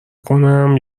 کنم